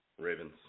Ravens